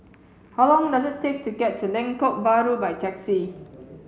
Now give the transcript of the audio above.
how long does it take to get to Lengkok Bahru by taxi